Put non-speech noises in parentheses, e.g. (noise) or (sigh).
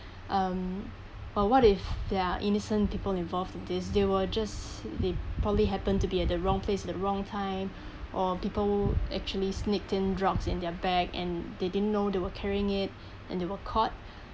(breath) um but what if they're are innocent people involved this they were just they probably happened to be at the wrong place the wrong time or people actually sneaked in drugs in their bag and they didn't know they were carrying it (breath) and they were caught